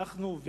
אנחנו,